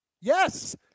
Yes